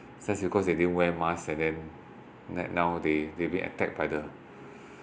since because they didn't wear masks and then make now they they being attacked by the